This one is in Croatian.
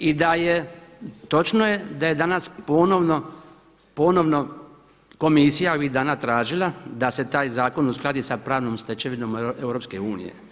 I da je, točno je da je danas ponovno, ponovno Komisija ovih dana tražila da se taj zakon uskladi sa pravnom stečevinom EU.